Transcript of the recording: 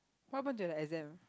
what happen to the exam